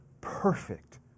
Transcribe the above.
perfect